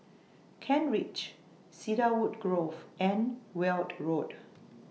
Kent Ridge Cedarwood Grove and Weld Road